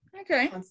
okay